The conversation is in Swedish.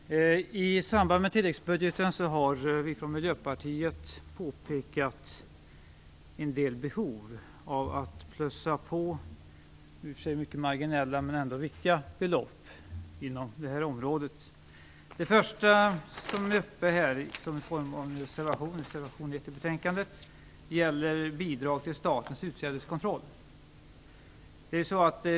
Fru talman! I samband med tilläggsbudgeten har vi från Miljöpartiet påpekat en del behov av att plussa på i och för sig mycket marginella men ändå viktiga belopp inom detta område. Det första ärende som är uppe, i form av reservation 1 i betänkandet, gäller bidrag till Statens utsädeskontroll.